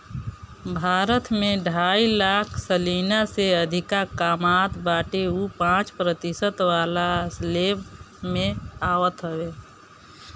भारत में जे ढाई लाख सलीना से अधिका कामत बाटे उ पांच प्रतिशत वाला स्लेब में आवत हवे